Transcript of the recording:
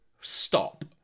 stop